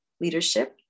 leadership